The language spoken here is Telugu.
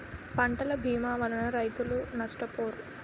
పంటల భీమా వలన రైతులు నష్టపోరు